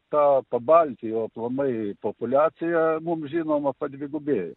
ta pabaltijo aplamai populiacija mums žinoma padvigubėj